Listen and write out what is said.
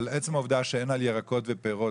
אבל עצם העובדה שאין על ירקות ופירות